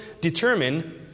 determine